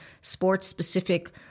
sports-specific